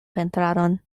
pentradon